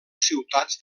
ciutats